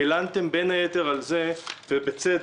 הלנתם, בין היתר, ובצדק,